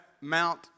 Mount